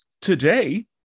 today